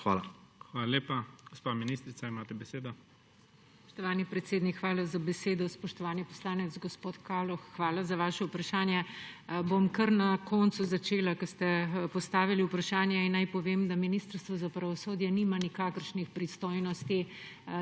ZORČIČ: Hvala lepa. Gospa ministrica, imate besedo. MAG. LILIJANA KOZLOVIČ: Spoštovani predsednik, hvala za besedo. Spoštovani poslanec, gospod Kaloh, hvala za vaše vprašanje. Bom kar na koncu začela, ko ste postavili vprašanje, in naj povem, da Ministrstvo za pravosodje nima nikakršnih pristojnosti